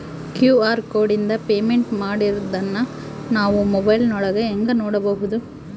QR ಕೋಡಿಂದ payment ಮಾಡಿರೋದನ್ನ ನಾವು ಮೊಬೈಲಿನೊಳಗ ಹೆಂಗ ನೋಡಬಹುದು?